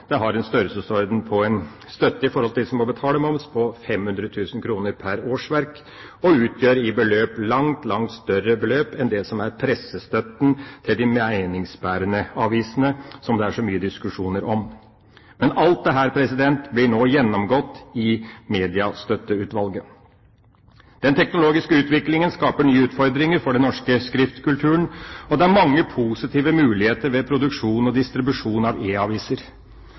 en størrelsesorden på støtten i forhold til dem som må betale moms, på 500 000 kr pr. årsverk, som utgjør et langt, langt større beløp enn pressestøtten til de meningsbærende avisene, som det er så mye diskusjoner om. Men alt dette blir nå gjennomgått i Mediestøtteutvalget. Den teknologiske utviklingen skaper nye utfordringer for den norske skriftkulturen. Det er mange positive muligheter ved produksjon og distribusjon av